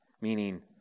Meaning